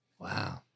Wow